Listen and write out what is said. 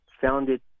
founded